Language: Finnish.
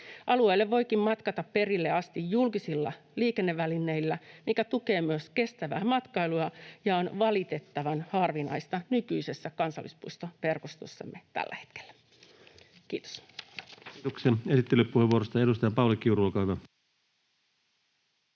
Alueelle voikin matkata perille asti julkisilla liikennevälineillä, mikä tukee myös kestävää matkailua ja on valitettavan harvinaista nykyisessä kansallispuistoverkostossamme tällä hetkellä. — Kiitos.